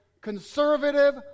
conservative